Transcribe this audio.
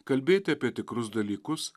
kalbėti apie tikrus dalykus